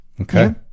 okay